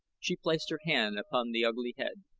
she placed her hand upon the ugly head.